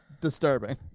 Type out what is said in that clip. disturbing